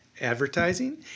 advertising